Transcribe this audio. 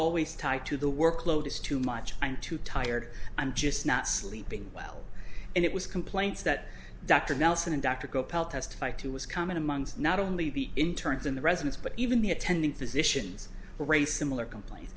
always tied to the workload is too much i'm too tired i'm just not sleeping well and it was complaints that dr nelson and dr gopal testified to was common amongst not only the internes in the residence but even the attending physicians for a similar complain